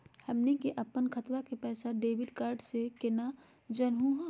हमनी के अपन खतवा के पैसवा डेबिट कार्ड से केना जानहु हो?